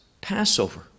Passover